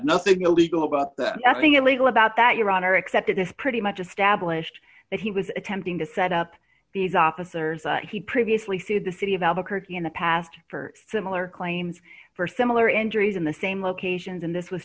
nothing illegal about that your honor except it is pretty much established that he was attempting to set up these officers he previously sued the city of albuquerque in the past for similar claims for similar injuries in the same locations and this was